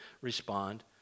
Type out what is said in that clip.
respond